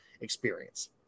experience